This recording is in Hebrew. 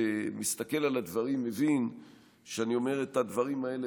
שמסתכל על הדברים מבין שאני אומר את הדברים האלה